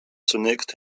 zunächst